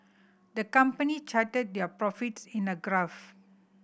the company charted their profits in a graph